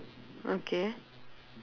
okay